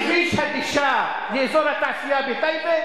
שכביש הגישה מאזור התעשייה בטייבה,